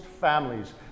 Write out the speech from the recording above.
families